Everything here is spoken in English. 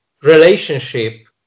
relationship